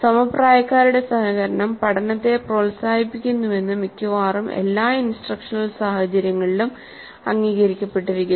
സമപ്രായക്കാരുടെ സഹകരണം പഠനത്തെ പ്രോത്സാഹിപ്പിക്കുന്നുവെന്നു മിക്കവാറും എല്ലാ ഇൻസ്ട്രക്ഷണൽ സാഹചര്യങ്ങളിലും അംഗീകരിക്കപ്പെട്ടിരിക്കുന്നു